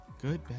Good